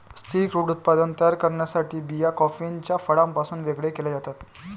स्थिर क्रूड उत्पादन तयार करण्यासाठी बिया कॉफीच्या फळापासून वेगळे केल्या जातात